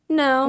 no